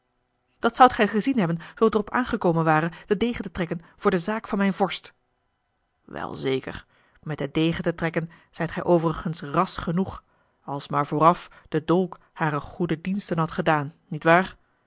dat zoudt gij gezien hebben zoo het er op aangekomen ware den degen te trekken voor de zaak van mijn vorst wel zeker met den degen te trekken zijt gij overigens ras genoeg als maar vooraf de dolk hare goede diensten had gedaan niet waar